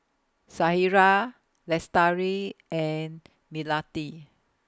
Syirah Lestari and Melati